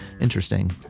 Interesting